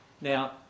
Now